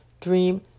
dream